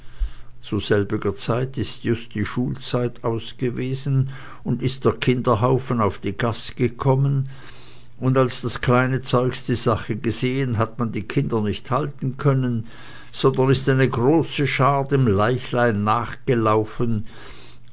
zu selbiger zeit ist just die schulzeit aus gewesen und ist der kinderhaufen auf die gaß gekommen und als das kleine zeugs die sache gesehen hat man die kinder nicht halten können sondern ist eine große schaar dem leichlein nachgelauffen